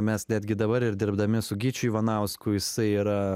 mes netgi dabar ir dirbdami su gyčiu ivanausku jisai yra